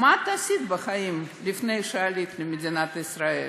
מה עשית בחיים לפני שעלית למדינת ישראל?